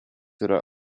yra